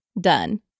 done